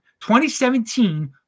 2017